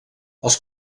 els